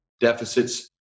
deficits